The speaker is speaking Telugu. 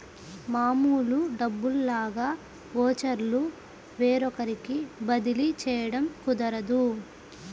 మామూలు డబ్బుల్లాగా ఓచర్లు వేరొకరికి బదిలీ చేయడం కుదరదు